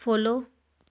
follow